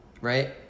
right